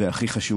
והכי חשוב,